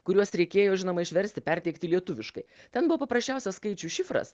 kuriuos reikėjo žinoma išversti perteikti lietuviškai ten buvo paprasčiausias skaičių šifras